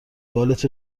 بالت